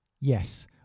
yes